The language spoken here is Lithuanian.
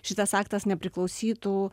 šitas aktas nepriklausytų